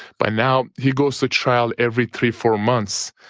but now, he goes to trial every three, four months,